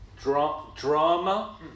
Drama